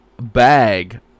bag